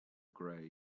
grey